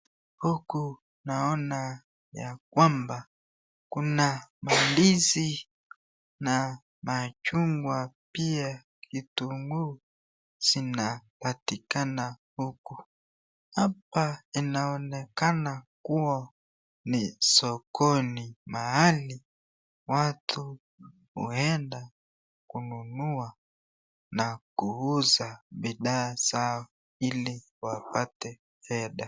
Huku naona ya kwamba kuna ndizi na machungwa pia vitungu zinapatikana huku ,hapa inaonekana kuwa ni sokoni mahali watu huenda kununua na kuuza bidhaa zao ili wapate fedha.